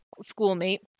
schoolmate